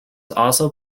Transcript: also